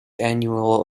annual